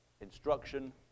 instruction